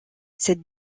cette